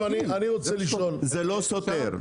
זה לא סותר.